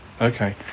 okay